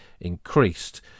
increased